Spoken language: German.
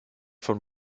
von